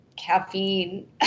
Caffeine